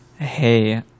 hey